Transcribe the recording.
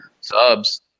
subs